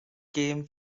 game